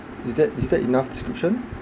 is that is that enough description